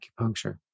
acupuncture